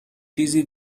چیزی